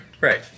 Right